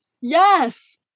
Yes